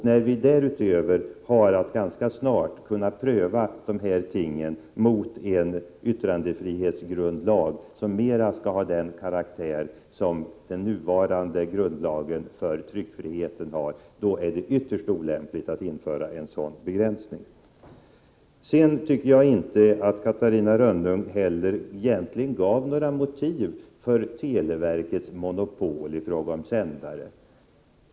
När vi därutöver ganska snart skall pröva dessa ting enligt en yttrandefrihetsgrundlag, som skall ha samma karaktär som den nuvarande grundlagen för tryckfrihet, är det ytterst olämpligt att införa en sådan begränsning. Jag tycker inte att Catarina Rönnung egentligen angav några motiv för televerkets monopol i fråga om sändare.